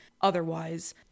otherwise